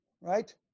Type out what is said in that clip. right